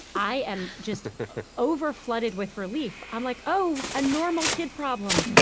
i am just over-flooded with relief. i'm like, oh, a normal kid problem.